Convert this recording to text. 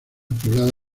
poblada